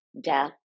death